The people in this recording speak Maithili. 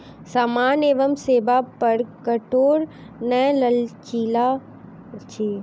सामान एवं सेवा कर कठोर नै लचीला अछि